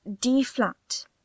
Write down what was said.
D-flat